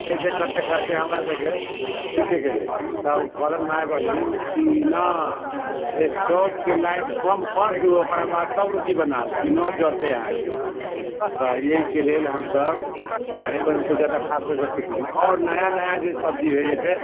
ऐसे करते करते हमरासबके सीखेके भेल तब कहलक माय बहिन कि ना स्टोवके लाइट कम कर दू ओकरा बाद तब रोटी बनाउ कि ना जड़तै अहाँके तऽ एहिके लेल हमसभ माए बहिनसँ ज्यादा खास कऽ के सिखली आओर नया नया जे सब्जी रहै जैसे